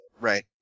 Right